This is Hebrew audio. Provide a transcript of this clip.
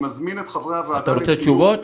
אתה רוצה תשובות?